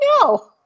no